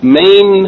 main